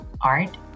art